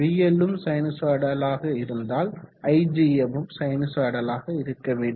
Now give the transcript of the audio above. vLம் சைனுசொய்டலாக இருந்தால் igம் சைனுசொய்டலாக இருக்க வேண்டும்